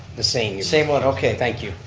the same. same one, okay. thank you.